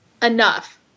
enough